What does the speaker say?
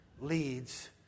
leads